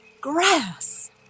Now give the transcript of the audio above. Grass